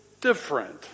different